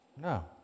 No